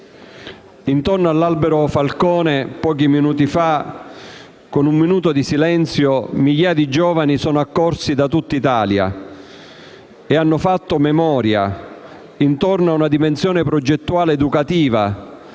Intorno all'albero Falcone, pochi minuti fa, hanno osservato un minuto di silenzio migliaia di giovani accorsi da tutta Italia che hanno fatto memoria, intorno a una dimensione progettuale educativa,